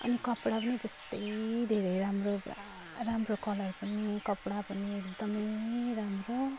अनि कपडा पनि त्यस्तै धेरै राम्रो पुरा राम्रो कलर पनि कपडा पनि एकदमै राम्रो